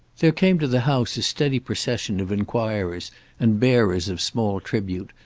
there came to the house a steady procession of inquirers and bearers of small tribute,